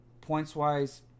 points-wise